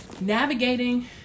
Navigating